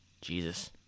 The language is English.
Jesus